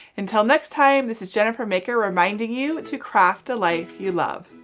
until next time, this is jennifer maker reminding you to craft the life you love.